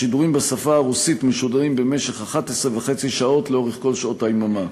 השידורים בשפה הרוסית משודרים במשך 11.5 שעות לאורך כל שעות היממה.